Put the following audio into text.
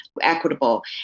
equitable